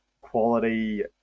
quality